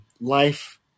life